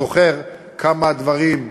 זוכר כמה הדברים,